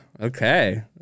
okay